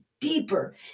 deeper